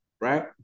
right